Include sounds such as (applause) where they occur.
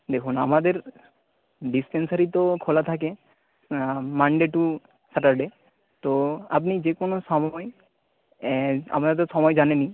দেখুন আমাদের ডিসপেনসারি তো খোলা থাকে মানডে টু স্যাটারডে তো আপনি যে কোনো সময় (unintelligible) আপনারা তো সময় জানেনই